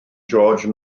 george